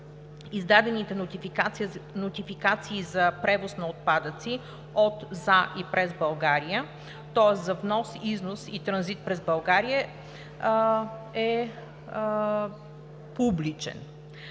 издадените нотификации за превоз на отпадъци от, за и през България, тоест за внос, износ и транзит през България, е публичен.